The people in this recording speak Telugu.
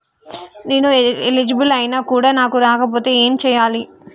నేను ఎలిజిబుల్ ఐనా కూడా నాకు రాకపోతే ఏం చేయాలి?